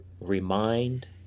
remind